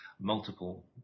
Multiple